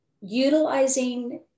Utilizing